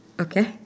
okay